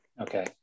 Okay